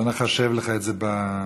בבקשה.